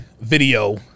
video